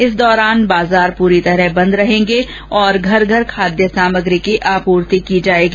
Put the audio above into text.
इस दौरान बाज़ार पूरी तरह बंद रहेंगे और घर घर खाद्य सामग्री की आपूर्ति की जाएगी